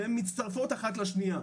שהן מצטרפות אחת לשנייה.